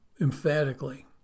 emphatically